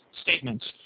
statements